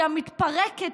כי המתפרקת,